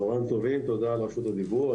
צהריים טובים, תודה על רשות הדיבור.